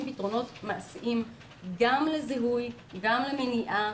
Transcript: פתרונות מעשיים גם לזיהוי גם למניעה,